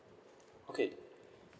okay